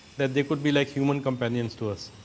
that they could be like human companions to us.